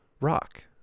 rock